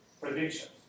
predictions